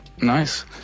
nice